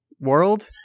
World